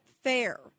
fair